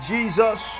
Jesus